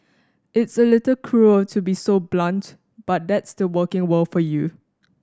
it's a little cruel to be so blunt but that's the working world for you